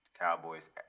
Cowboys